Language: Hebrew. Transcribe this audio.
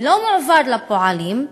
לא מועברים לפועלים,